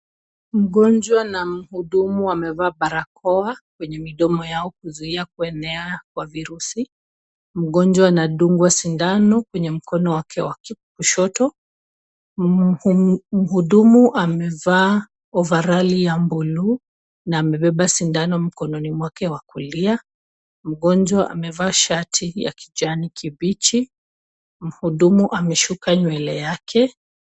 Mgonjwa na mhudumu wamevaa barakoa kwenye midomo yao kuzuiya kuenea kwa virusi. Mgonjwa anadungwa sindano kwenye mkono wake wa kushoto. Mhudumu amevaa ovaroli yake ya buluu na amebeba sindano mkononi mwake wa kulia. Mgonjwa amevaa shati ya kijani kibichi. Mhudumu amesuka nywele yake.